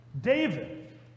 David